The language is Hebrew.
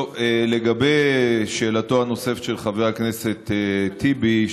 לגבי שאלתו הנוספת של חבר הכנסת טיבי,